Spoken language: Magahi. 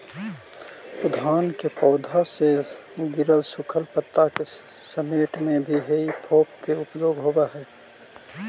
उद्यान के पौधा से गिरल सूखल पता के समेटे में भी हेइ फोक के उपयोग होवऽ हई